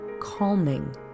calming